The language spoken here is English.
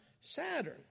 Saturn